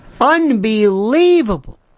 unbelievable